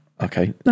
okay